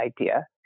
idea